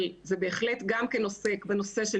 אבל זה בהחלט גם כן עוסק בנושא של